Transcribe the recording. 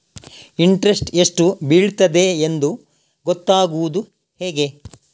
Interest ಎಷ್ಟು ಬೀಳ್ತದೆಯೆಂದು ಗೊತ್ತಾಗೂದು ಹೇಗೆ?